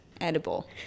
edible